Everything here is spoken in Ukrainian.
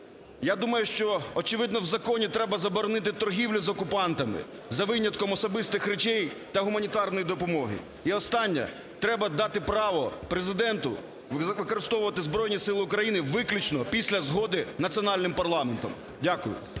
Я думаю, що, очевидно, у законі треба заборонити торгівлю з окупантами, за винятком особистих речей та гуманітарної допомоги. І останнє. Треба дати право Президенту використовувати Збройні Сили України виключно після згоди національним парламентом. Дякую.